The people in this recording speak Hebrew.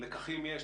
לקחים יש,